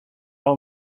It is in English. our